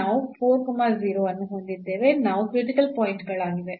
ನಾವು 4 0 ಅನ್ನು ಹೊಂದಿದ್ದೇವೆ